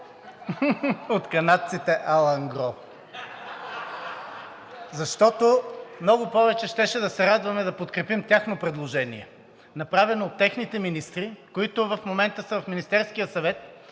канадци – алангро, защото много повече щяхме да се радваме да подкрепим тяхно предложение, направено от техните министри, които в момента са в Министерския съвет,